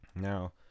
Now